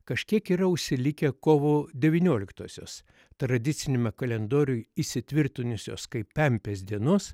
kažkiek yra užsilikę kovo devynioliktosios tradiciniame kalendoriuj įsitvirtinusios kaip pempės dienos